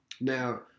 Now